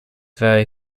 very